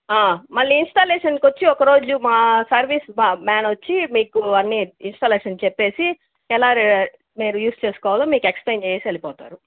ఆ మళ్ళీ ఇన్స్టాలేషన్ కొచ్చి ఒకరోజు మా సర్వీస్ మా మ్యాన్ వచ్చి మీకు అన్ని ఇన్స్టాలేషన్ చెప్పేసి ఎలాగ మీరు యూస్ చేయాలో ఎక్స్ప్లైన్ చేసి వెళ్ళిపోతారు